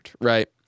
right